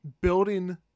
building